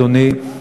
אדוני,